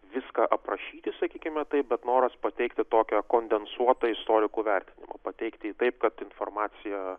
viską aprašyti sakykime taip bet noras pateikti tokią kondensuotą istorikų vertinimą pateikti jį taip kad informacija